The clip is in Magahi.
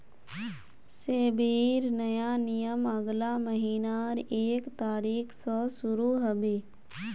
सेबीर नया नियम अगला महीनार एक तारिक स शुरू ह बे